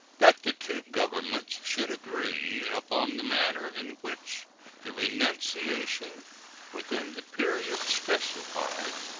that the two governments should agree upon the manner in which the renunciation within the periods specified,